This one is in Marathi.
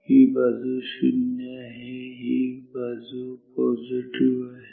ही बाजू शून्य आहे ही बाजू पॉझिटिव्ह आहे